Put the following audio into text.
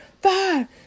five